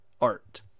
Art